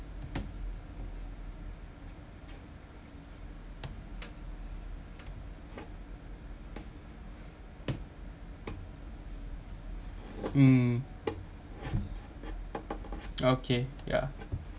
mm okay ya